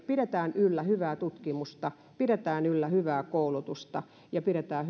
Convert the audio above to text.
pidetään yllä hyvää tutkimusta pidetään yllä hyvää koulutusta ja pidetään